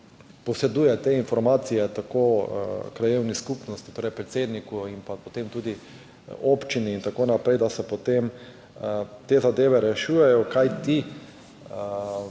posreduje te informacije krajevni skupnosti, torej predsedniku, in potem tudi občini in tako naprej, da se potem te zadeve rešujejo. Kajti